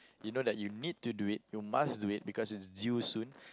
you know that you need to do it you must do it because it is due soon